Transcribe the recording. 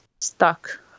stuck